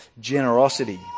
generosity